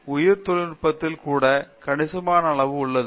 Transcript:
எனவே உயிர் தொழில்நுட்பத்தில் கூட கணிசமான அளவுக்கு உள்ளது